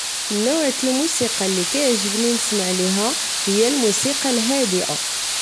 النوع تالموسيقى لي كيعجبني نسمع ليها هي الموسيقى الهادئة